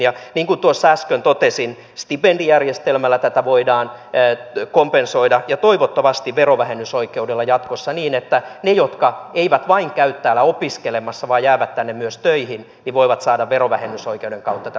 ja niin kuin äsken totesin stipendijärjestelmällä tätä voidaan kompensoida ja toivottavasti verovähennysoikeudella jatkossa niin että he jotka eivät vain käy täällä opiskelemassa vaan jäävät tänne myös töihin voivat saada verovähennysoikeuden kautta tämän takaisin